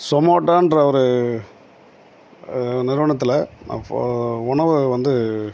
ஸொமோட்டோன்ற ஒரு நிறுவனத்தில் நான் ஃபோ உணவை வந்து